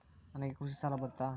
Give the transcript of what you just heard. ನನಗೆ ಕೃಷಿ ಸಾಲ ಬರುತ್ತಾ?